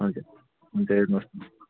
हजुर हुन्छ हेर्नु होस् न